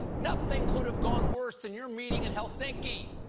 nothing could have gone worse than your meeting in helsinki.